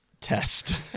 test